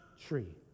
tree